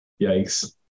yikes